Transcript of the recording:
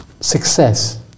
success